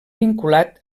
vinculat